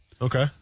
Okay